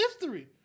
history